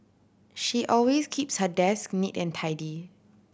she always keeps her desk neat and tidy